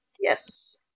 Yes